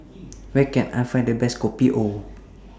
Where Can I Find The Best Kopi O